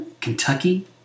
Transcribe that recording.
Kentucky